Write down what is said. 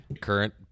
Current